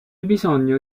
bisogno